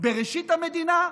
בראשית המדינה,